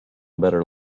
better